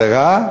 זה רע?